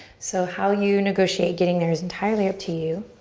so how you negotiate getting there is entirely up to you.